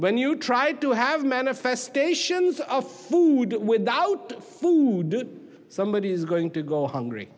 when you try to have manifestations of food without food somebody is going to go hungry